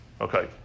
Okay